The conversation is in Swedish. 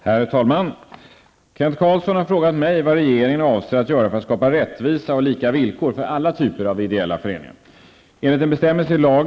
Herr talman! Kent Carlsson har frågat mig vad regeringen avser att göra för att skapa rättvisa och lika villkor för alla typer av ideella föreningar.